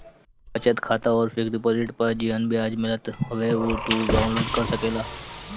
बचत खाता अउरी फिक्स डिपोजिट पअ जवन बियाज मिलत हवे उहो तू डाउन लोड कर सकेला